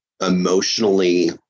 emotionally